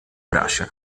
brace